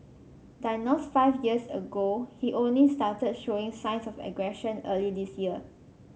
diagnosed five years ago he only started showing signs of aggression early this year